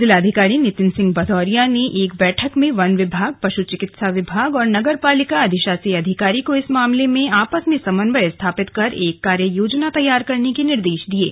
जिलाधिकारी नितिन सिंह भदौरिया ने एक बैठक में वन विभाग पश् चिकित्सा विभाग और नगरपालिका अधिशासी अधिकारी को इस मामले में आपस में समन्वय स्थापित कर एक कार्य योजना तैयार करने के निर्देश दिये हैं